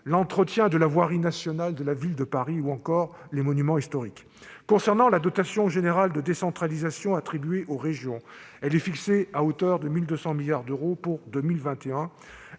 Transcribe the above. l'entretien de la voirie nationale de la Ville de Paris ou encore les monuments historiques. La dotation générale de décentralisation attribuée aux régions est quant à elle fixée à hauteur de 1 200 milliards d'euros pour 2021.